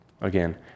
Again